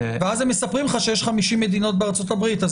ואז הם מספרים לך שיש 50 מדינות בארצות-הברית אז